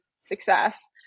success